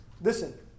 listen